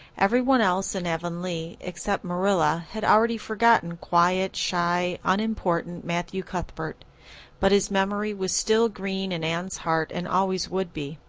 everyone else in avonlea, except marilla, had already forgotten quiet, shy, unimportant matthew cuthbert but his memory was still green in anne's heart and always would be.